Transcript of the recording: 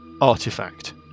artifact